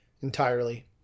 entirely